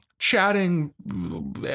chatting